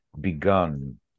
begun